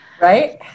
Right